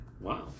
Wow